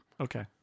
Okay